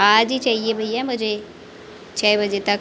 आज ही चाहिए भैया मुझे छह बजे तक